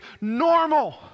normal